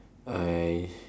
I